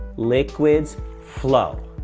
liquids flow,